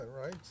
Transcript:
right